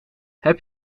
heb